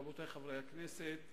רבותי חברי הכנסת,